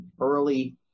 early